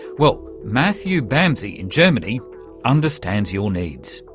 well, matthew bamsey in germany understands your needs.